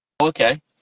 okay